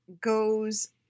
goes